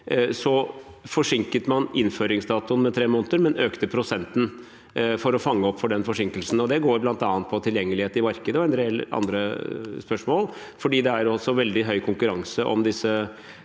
forsinket man innføringsdatoen med tre måneder, men økte prosenten for å veie opp for forsinkelsen. Det går bl.a. på tilgjengelighet i markedet og en del andre spørsmål. Det er veldig høy konkurranse om disse